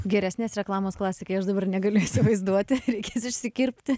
geresnės reklamos klasikai aš dabar negaliu įsivaizduoti reikia išsikirpti